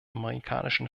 amerikanischen